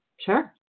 Sure